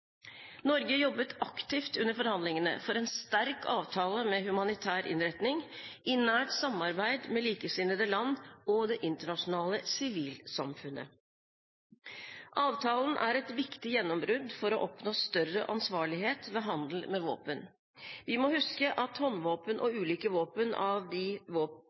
Norge jobbet under forhandlingene aktivt for en sterk avtale med humanitær innretning, i nært samarbeid med likesinnede land og det internasjonale sivilsamfunnet. Avtalen er et viktig gjennombrudd for å oppnå større ansvarlighet ved handel med våpen. Vi må huske at håndvåpen og ulike våpen av